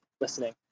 listening